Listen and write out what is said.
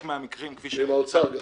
וגם עם האוצר.